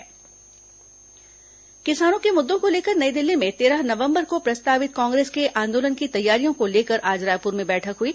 कांग्रेस बैठक किसानों के मुद्दों को लेकर नई दिल्ली में तेरह नवंबर को प्रस्तावित कांग्रेस के आंदोलन की तैयारियों को लेकर आज रायपुर में बैठक हुई